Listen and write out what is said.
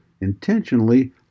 intentionally